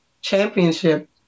championship